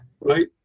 right